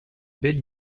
belle